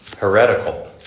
heretical